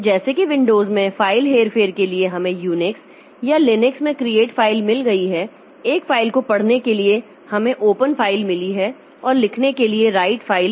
तो जैसे कि विंडोज़ में फाइल हेरफेर के लिए हमें यूनिक्स या लिनक्स में क्रिएट फाइल मिल गई है एक फाइल पढ़ने के लिए हमें ओपन फाइल मिली है और लिखने के लिए राइट फाइल